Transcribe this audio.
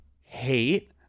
hate